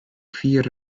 vier